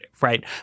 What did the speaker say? right